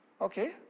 okay